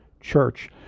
church